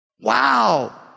Wow